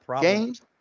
games